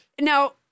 Now